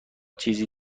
چیزی